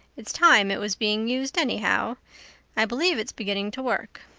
it's time it was being used anyhow i believe it's beginning to work.